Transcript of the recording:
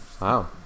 Wow